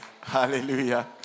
Hallelujah